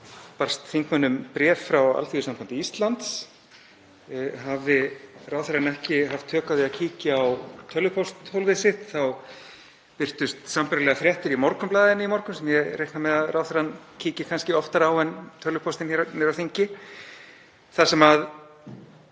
barst þingmönnum bréf frá Alþýðusambandi Íslands. Hafi ráðherra ekki haft tök á því að kíkja á tölvupósthólfið sitt þá birtust sambærilegar fréttir í Morgunblaðinu í morgun, sem ég reikna með að ráðherra kíki kannski oftar á en tölvupóstinn hér á þingi, þar sem